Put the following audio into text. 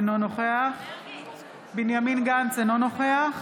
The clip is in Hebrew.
אינו נוכח בנימין גנץ, אינו נוכח